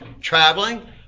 Traveling